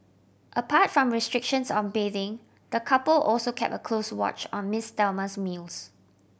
apart from restrictions on bathing the couple also kept a close watch on Miss Thelma's meals